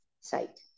site